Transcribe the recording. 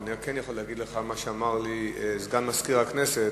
אני כן יכול להגיד לך מה שאמר לי סגן מזכיר הכנסת: